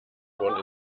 wurden